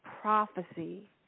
prophecy